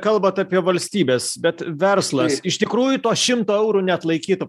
kalbat apie valstybes bet verslas iš tikrųjų to šimto eurų neatlaikytų